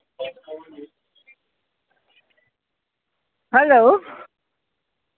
hello